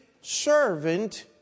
servant